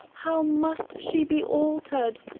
how must she be altered,